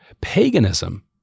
Paganism